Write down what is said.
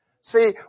See